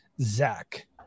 Zach